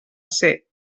ser